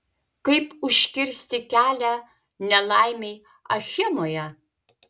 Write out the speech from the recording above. kaip užkirsti kelią nelaimei achemoje